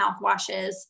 mouthwashes